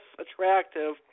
attractive